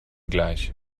gleich